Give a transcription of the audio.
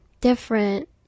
different